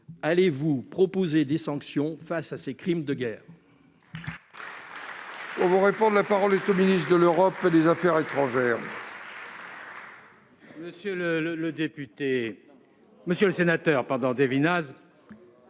allez-vous proposer des sanctions face à ces crimes de guerre ?